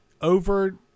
over